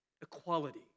equality